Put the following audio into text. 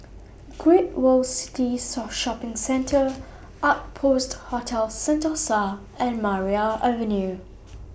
Great World City Sort Shopping Centre Outpost Hotel Sentosa and Maria Avenue